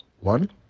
one